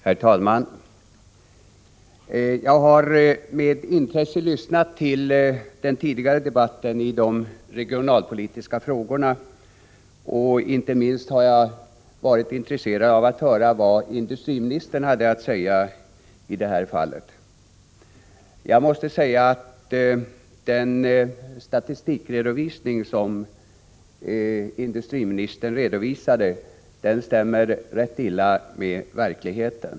Herr talman! Jag har med intresse lyssnat till den tidigare debatten om de regionala frågorna. Inte minst har jag varit intresserad av att höra vad industriministern har att säga. Den statistikredovisning som industriministern gav stämmer rätt illa med verkligheten.